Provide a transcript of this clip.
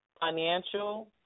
financial